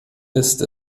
ist